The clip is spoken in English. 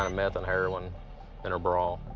um meth and heroin in her bra.